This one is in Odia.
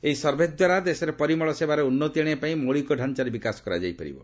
ଏହି ସର୍ଭେଦ୍ୱାରା ଦେଶରେ ପରିମଳ ସେବାରେ ଉନ୍ତି ଆଶିବାପାଇଁ ମୌଳିକଡାଞ୍ଚାରେ ବିକାଶ କରାଯାଇପାରିବ